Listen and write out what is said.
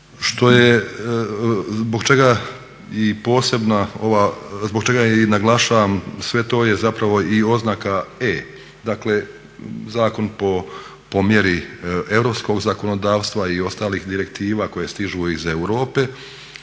što je, zbog čega i posebna, zbog čega i naglašavam, sve to je zapravo i oznaka e, dakle zakon po mjeri europskog zakonodavstva i ostalih direktiva koje stižu iz Europe